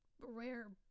rare